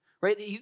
right